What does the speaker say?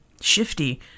shifty